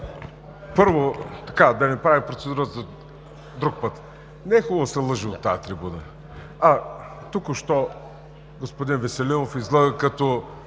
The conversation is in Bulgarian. Първо, да не правя процедура за друг път – не е хубаво да се лъже от тази трибуна. Току-що господин Веселинов излъга като